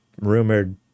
rumored